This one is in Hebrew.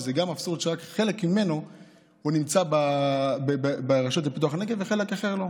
וזה אבסורד שרק חלק ממנה נמצא ברשות לפיתוח הנגב וחלק אחר לא.